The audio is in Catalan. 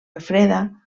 refreda